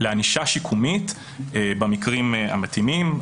לענישה שיקומית במקרים המתאימים.